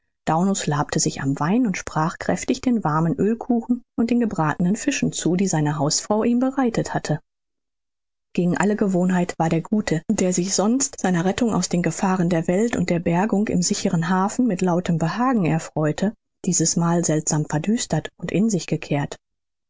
daunus labte sich am wein und sprach kräftig den warmen oelkuchen und den gebratenen fischen zu die seine hausfrau ihm bereitet hatte gegen alle gewohnheit war der gute der sich sonst seiner rettung aus den gefahren der welt und der bergung im sicheren hafen mit lautem behagen erfreute dieses mal seltsam verdüstert und in sich gekehrt